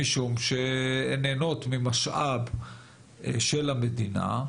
משום שהן נהנות ממשאב של המדינה,